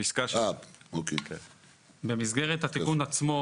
בפסקה 7. במסגרת התיקון עצמו,